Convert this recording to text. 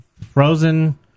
Frozen